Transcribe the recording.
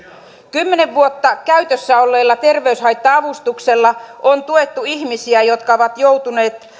kymmenen vuotta käytössä olleella terveyshaitta avustuksella on tuettu ihmisiä jotka ovat joutuneet